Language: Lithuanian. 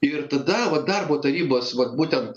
ir tada vat darbo tarybos vat būtent